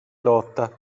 lotta